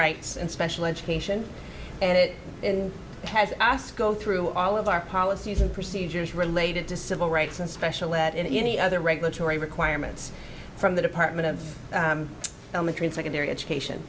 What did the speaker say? rights and special education and it and has us go through all of our policies and procedures related to civil rights and special let in any other regulatory requirements from the department of elementary and secondary education